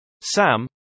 Sam